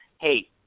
hey